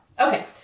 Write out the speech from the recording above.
Okay